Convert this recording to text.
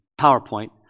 PowerPoint